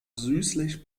süßlich